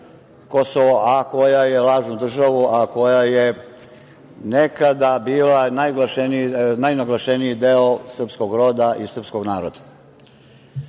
Kosovo, lažnu državu, a koja je nekada bila najnaglašeniji deo srpskog roda i srpskog